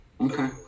Okay